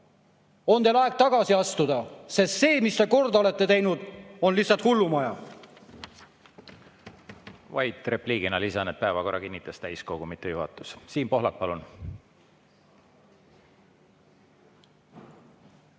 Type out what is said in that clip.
on teil aeg tagasi astuda, sest see, mis te korda olete [saatnud], on lihtsalt hullumaja. Vaid repliigina lisan, et päevakorra kinnitas täiskogu, mitte juhatus. Siim Pohlak, palun!